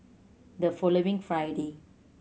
the following Friday